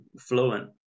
fluent